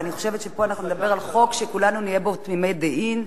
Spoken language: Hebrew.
ואני חושבת שפה אנחנו נדבר על חוק שכולנו נהיה בו תמימי דעים.